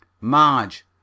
Marge